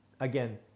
Again